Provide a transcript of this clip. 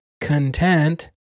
content